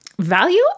Value